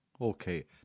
Okay